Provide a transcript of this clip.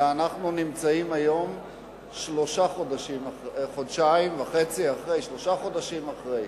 ואנחנו נמצאים היום חודשיים וחצי או שלושה חודשים אחרי.